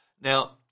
Now